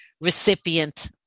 recipient